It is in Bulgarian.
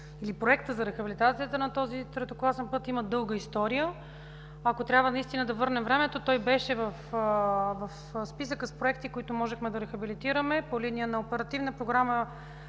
проектът за рехабилитацията на този третокласен път има дълга история. Ако трябва да върнем времето, той беше в списъка с проекти, които можехме да рехабилитираме по линия на Оперативна програма